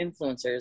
influencers